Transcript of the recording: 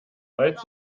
falls